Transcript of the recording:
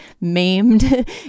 maimed